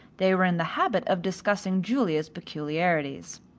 they were in the habit of discussing julia's peculiarities.